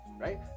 right